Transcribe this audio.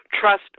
trust